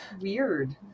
weird